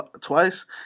twice